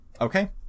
Okay